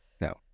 No